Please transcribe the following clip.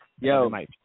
Yo